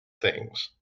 things